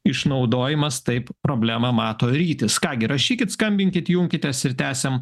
išnaudojimas taip problemą mato rytis ką gi rašykit skambinkit junkitės ir tęsiam